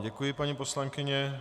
Děkuji vám, paní poslankyně.